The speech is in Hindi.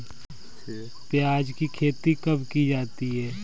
प्याज़ की खेती कब की जाती है?